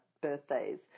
birthdays